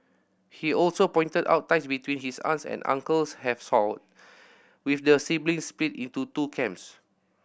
he also pointed out ties between his aunts and uncles have soured with the siblings split into two camps